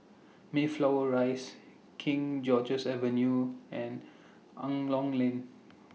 Mayflower Rise King George's Avenue and Angklong Lane